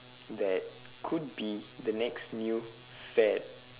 that could be the next new fad